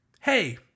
hey